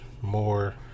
more